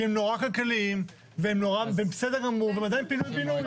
כי הם נורא כלכליים והם בסדר גמור והם עדיין פינוי בינוי.